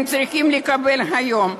הם צריכים לקבל היום,